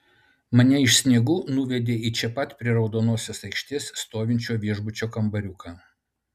mane iš sniegų nuvedė į čia pat prie raudonosios aikštės stovinčio viešbučio kambariuką